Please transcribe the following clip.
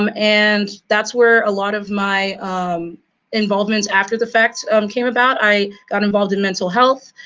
um and that's where a lot of my involvements after the fact um came about, i got involved in mental health,